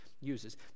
uses